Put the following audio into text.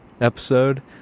episode